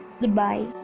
goodbye